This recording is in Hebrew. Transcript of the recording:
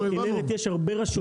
בכנרת יש הרבה רשויות.